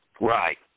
Right